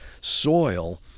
soil